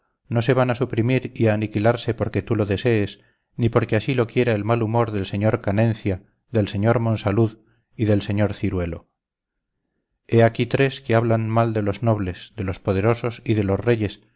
no se van a suprimir y a aniquilarse porque tú lo desees ni porque así lo quiera el mal humor del sr canencia del sr monsalud y del sr ciruelo he aquí tres que hablan mal de los nobles de los poderosos y de los reyes